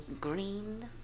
green